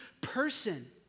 person